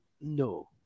no